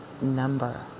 number